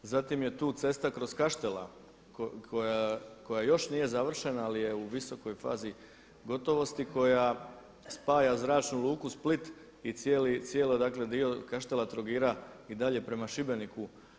Zatim je tu cesta kroz Kaštela, koja još nije završena ali je u visokoj fazi gotovosti koja spaja Zračnu luku Split i cijeli dakle dio Kaštela, Trogira i dalje prema Šibeniku.